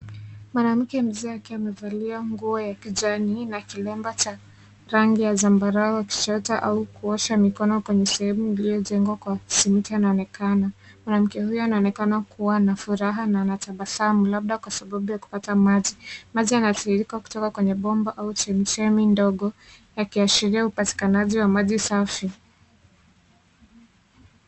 Mwanamke mzee akiwa amezaliwa nguo ya kijani na kilemba cha rangi ya zambarau akichota au kuosha mikono kwenye sehemu iliyojengwa kwa simiti anaonekana. Mwanamke huyo anaonekana kuwa na furaha na anatabasamu labda kwa sababu ya kupata maji. Maji yanatiririka kutoka kwenye bomba au chemichemi ndogo, yakiashiria upatikanaji wa maji safi.